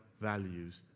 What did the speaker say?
values